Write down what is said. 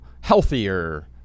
healthier